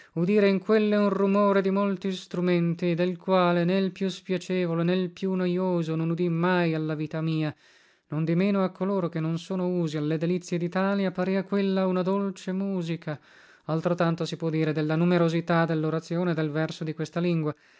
udire in quelle un rumore di molti strumenti del quale né l più spiacevole né l più noioso non udi mai alla vita mia nondimeno a coloro che non sono usi alle delizie ditalia parea quella una dolce musica altrotanto si può dire della numerosità dellorazione e del verso di questa lingua